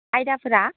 आयदाफ्रा